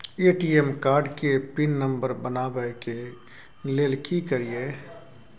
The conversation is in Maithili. ए.टी.एम कार्ड के पिन नंबर बनाबै के लेल की करिए?